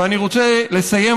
אני רוצה לסיים,